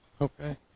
Okay